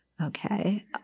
okay